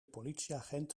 politieagent